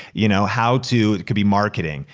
you know how to, could be marketing.